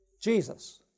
Jesus